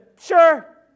Sure